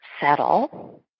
settle